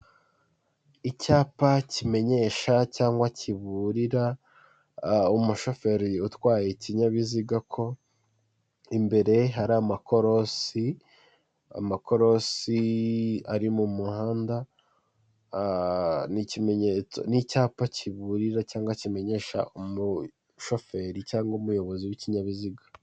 Icyapa kimenyesha cyangwa kiburira umushoferi utwaye ikinyabiziga ko imbere hari amakorosi ari mu muhanda n’ ikimenyetso n’ icyapa kiburira cyangwa kimenyesha umushoferi cyangwa umuyobozi w'ikinyabiziga.